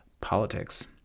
politics